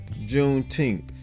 Juneteenth